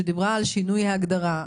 שדיברה על שינוי ההגדרה?